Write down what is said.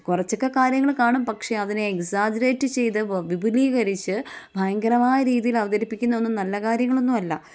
കുറച്ചൊക്കെ കാര്യങ്ങൾ കാണും പക്ഷെ അതിനെ എക്സാജറേറ്റ് ചെയ്ത് വിപുലീകരിച്ച് ഭയങ്കരമായ രീതിയിൽ അവതരിപ്പിക്കുന്നത് ഒന്നും നല്ല കാര്യങ്ങളൊന്നും അല്ല